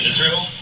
Israel